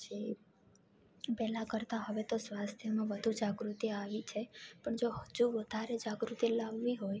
પછી પહેલા કરતાં હવે તો સ્વાસ્થ્યમાં વધુ જાગૃતિ આવી છે પણ જો હજુ વધારે જાગૃતિ લાવવી હોય